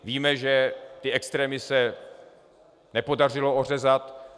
Víme, že extrémy se nepodařilo ořezat.